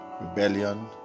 rebellion